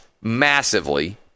massively